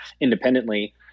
independently